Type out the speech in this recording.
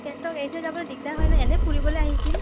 এৰি থৈ যাবলৈ দিগদাৰ হয়নে এনেই ফুৰিবলৈ আহিছিল